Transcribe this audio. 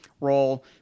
role